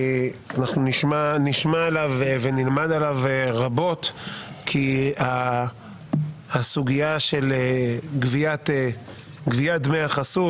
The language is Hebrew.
נשמע עליו ונלמד עליו רבות כי הסוגיה של גביית דמי החסות,